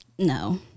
No